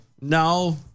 No